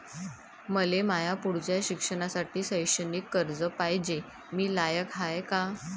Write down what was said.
मले माया पुढच्या शिक्षणासाठी शैक्षणिक कर्ज पायजे, मी लायक हाय का?